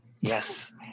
Yes